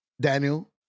Daniel